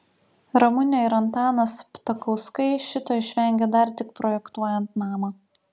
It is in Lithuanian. ramunė ir antanas ptakauskai šito išvengė dar tik projektuojant namą